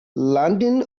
landing